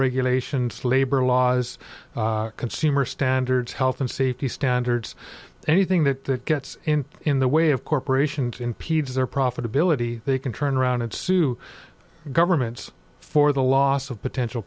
regulations labor laws consumer standards health and safety standards anything that gets in the way of corporations impedes their profitability they can turn around and sue governments for the loss of potential